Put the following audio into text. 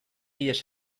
ihes